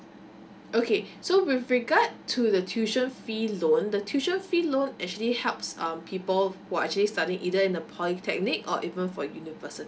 okay so with regard to the tuition fees loan the tuition fee loan actually helps um people who are actually studying either in the polytechnic or even for university